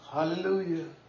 Hallelujah